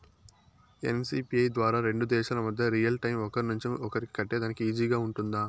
NCPI ద్వారా రెండు దేశాల మధ్య రియల్ టైము ఒకరి నుంచి ఒకరికి కట్టేదానికి ఈజీగా గా ఉంటుందా?